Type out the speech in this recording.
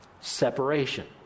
separation